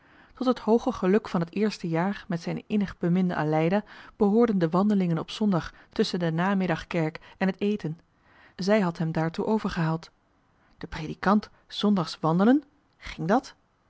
tot het hooge geluk van het eerste jaar met zijne innig beminde aleida behoorden de wandelingen op zondag tusschen de namiddag kerk en het eten zij had hem daartoe overgehaald de predikant s zondags wandelen ging dat